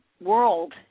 world